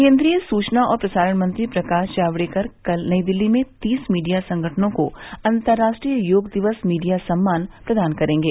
केंद्रीय सूचना और प्रसारण मंत्री प्रकाश जावडेकर कल नई दिल्ली में तीस मीडिया संगठनों को अंतर्राष्ट्रीय योग दिवस मीडिया सम्मान प्रदान करेंगे